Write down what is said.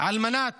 על מנת